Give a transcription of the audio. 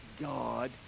God